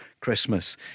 Christmas